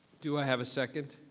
do i have a second?